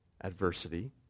adversity